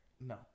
No